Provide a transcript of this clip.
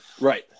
Right